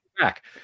back